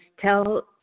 tell